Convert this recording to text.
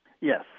Yes